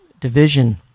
division